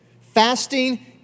Fasting